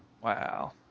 Wow